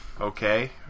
okay